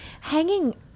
Hanging